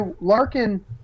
Larkin